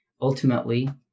ultimately